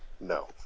No